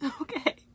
Okay